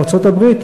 בארצות-הברית,